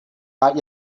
not